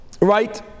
Right